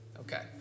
Okay